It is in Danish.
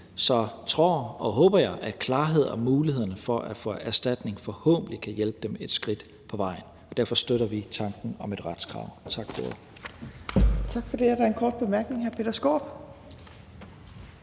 tror og håber jeg, at klarhed over og mulighederne for at få erstatning forhåbentlig kan hjælpe dem et skridt på vejen. Derfor støtter vi tanken om et retskrav. Tak for ordet. Kl. 16:32 Tredje næstformand (Trine Torp):